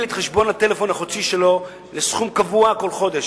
את חשבון הטלפון החודשי שלו לסכום קבוע כל חודש.